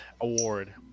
award